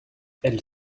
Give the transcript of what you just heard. elle